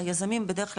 היזמים בדרך כלל,